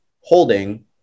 holding